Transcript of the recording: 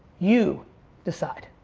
you decide.